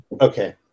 Okay